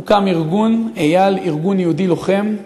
הוקם ארגון אי"ל, ארגון יהודי לוחם.